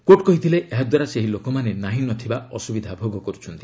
court କହିଥିଲେ ଏହା ଦ୍ୱାରା ସେହି ଲୋକମାନେ ନାହିଁନଥିବା ଅସୁବିଧା ଭୋଗ କରୁଛନ୍ତି